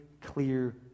clear